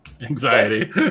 Anxiety